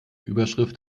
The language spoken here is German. überschrift